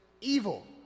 evil